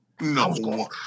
No